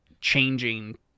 changing